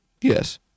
Yes